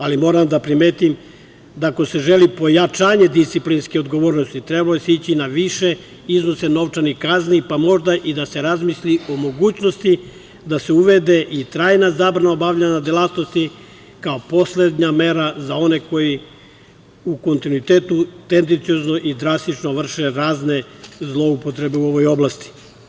Ali, moram da primetim da ako se želi pojačana disciplinska odgovornost trebalo se ići na više iznose novčanih kazni, pa možda i da se razmisli o mogućnosti da se uvede i trajna zabrana obavljanja delatnosti kao poslednja mera za one koji u kontinuitetu tendenciozno i drastično vrše razne zloupotrebe u ovoj oblasti.